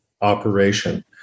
operation